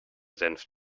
senf